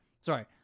sorry